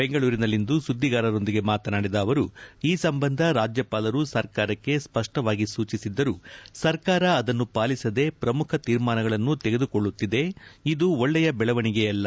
ಬೆಂಗಳೂರಿನಲ್ಲಿಂದು ಸುದ್ದಿಗಾರರೊಂದಿಗೆ ಮಾತನಾಡಿದ ಅವರು ಈ ಸಂಬಂಧ ರಾಜ್ಯಪಾಲರು ಸರ್ಕಾರಕ್ಕೆ ಸ್ಪಷ್ಟವಾಗಿ ಸೂಚಿಸಿದ್ದರೂ ಸರ್ಕಾರ ಅದನ್ನು ಪಾಲಿಸದೇ ಪ್ರಮುಖ ತೀರ್ಮಾನಗಳನ್ನು ತೆಗೆದುಕೊಳ್ಳುತ್ತಿದೆ ಇದು ಒಕ್ಕೆಯ ಬೆಳವಣಿಗೆ ಅಲ್ಲ